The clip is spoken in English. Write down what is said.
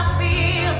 be